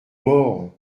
morts